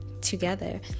together